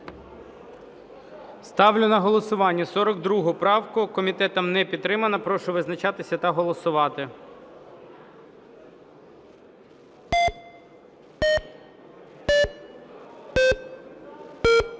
Ставлю на голосування 42 правку. Комітетом не підтримана. Прошу визначатися та голосувати.